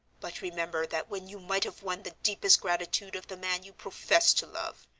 but remember that when you might have won the deepest gratitude of the man you profess to love,